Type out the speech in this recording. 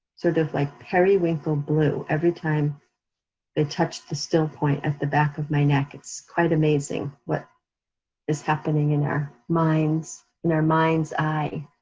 sort of like periwinkle blue every time they touch the still point at the back of my neck, it's quite amazing what is happening in our minds, in our mind's eye.